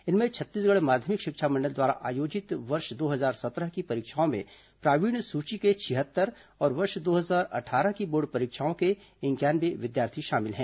इनमें छत्तीसगढ़ माध्यमिक शिक्षा मण्डल द्वारा आयोजित वर्ष दो हजार सत्रह की परीक्षाओं में प्रावीण्य सुची के छिहत्तर और वर्ष दो हजार अट्ठारह की बोर्ड परीक्षाओं के इंक्यानवे विद्यार्थी शामिल हैं